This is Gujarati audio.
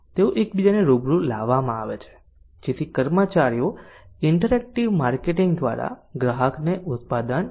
તેઓ એકબીજાને રૂબરૂ લાવવામાં આવે છે જેથી કર્મચારીઓ ઇન્ટરેક્ટિવ માર્કેટિંગ દ્વારા ગ્રાહકને ઉત્પાદન આપી શકે